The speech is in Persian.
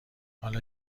حالا